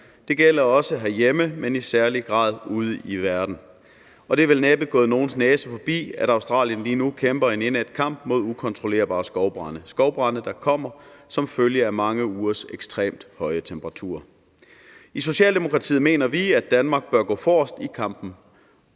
Det gælder også herhjemme, men i særlig grad ude i verden, og det er vel næppe gået nogens næse forbi, at Australien lige nu kæmper en indædt kamp mod ukontrollerbare skovbrande – skovbrande, der kommer som følge af mange ugers ekstremt høje temperaturer. I Socialdemokratiet mener vi, at Danmark bør gå forrest i kampen